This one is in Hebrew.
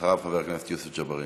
אחריו, חבר הכנסת יוסף ג'בארין.